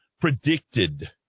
predicted